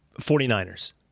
49ers